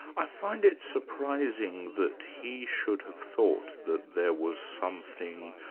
i find it surprising that he should have thought that there was something